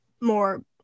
more